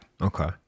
Okay